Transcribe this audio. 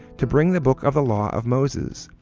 to bring the book of the law of moses,